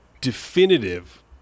definitive